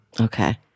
Okay